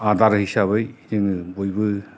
आदार हिसाबै जों बयबो